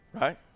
Right